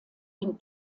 den